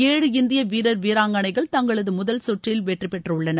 ஏழு இந்திய வீரர் வீராங்கனைகள் தங்களது முதல் சுற்றில் வெற்றி பெற்றுள்ளனர்